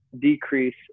decrease